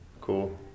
Cool